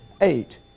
Eight